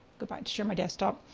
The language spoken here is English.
but but share my desktop.